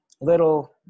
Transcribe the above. little